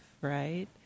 Right